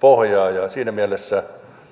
pohjaa ja siinä mielessä